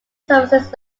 surfaces